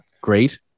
great